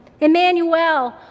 Emmanuel